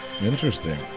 Interesting